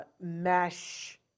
mesh